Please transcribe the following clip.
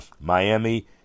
Miami